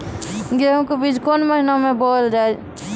गेहूँ के बीच कोन महीन मे बोएल जाए?